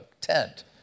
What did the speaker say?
tent